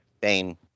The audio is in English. Bane